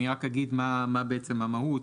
אני רק אגיד מה בעצם המהות,